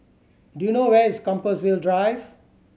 do you know where is Compassvale Drive